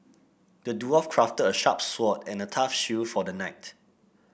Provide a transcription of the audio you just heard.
the dwarf crafted a sharp sword and a tough shield for the knight